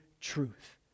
truth